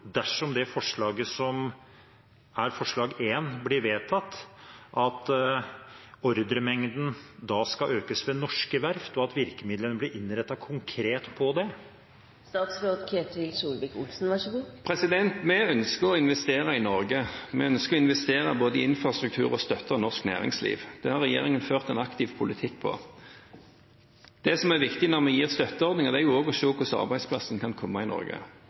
dersom dette forslaget, som er forslag nr. 1, blir vedtatt, at ordremengden da skal økes ved norske verft, og at virkemidlene blir innrettet konkret mot det? Vi ønsker å investere i Norge. Vi ønsker både å investere i infrastruktur og å støtte norsk næringsliv. Det har regjeringen ført en aktiv politikk for. Det som er viktig når vi gir støtteordninger, er også å se på hva slags arbeidsplasser som kan komme i Norge.